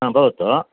हा भवतु